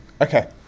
Okay